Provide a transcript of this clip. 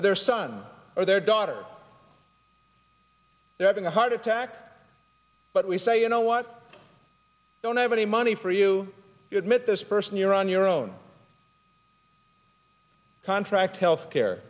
or their son or their daughter they're having a heart attack but we say you know what i don't have any money for you you admit this person you're on your own contract health